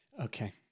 Okay